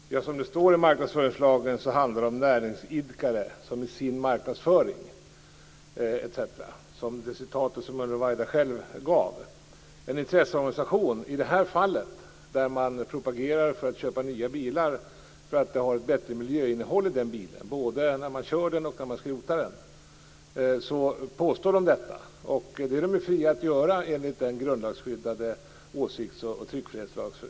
Fru talman! Som det står i marknadsföringslagen, som Ruwaida själv citerade, handlar det om näringsidkare och deras marknadsföring. I det här fallet propagerar en intresseorganisation för att man skall köpa nya bilar, därför att de har ett bättre miljöinnehåll än gamla både när man kör dem och när man skrotar dem. Detta är vad de påstår, och det är de fria att göra enligt den grundlagsskyddade åsiktsfrihet och tryckfrihet som vi har.